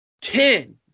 ten